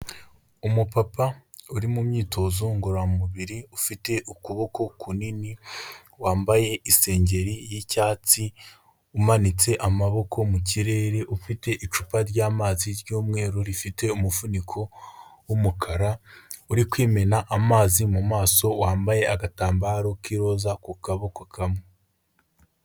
Umupapa uri mu myitozo ngororamubiri ufite ukuboko kunini, wambaye isengeri y'icyatsi, umanitse amaboko mu kirere, ufite icupa ry'amazi ry'umweru rifite umufuniko w'umukara, uri kwimena amazi mu maso, wambaye agatambaro k'iroza ku kaboko kamwe.